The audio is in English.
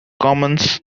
commons